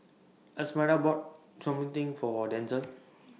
Esmeralda bought For Denzel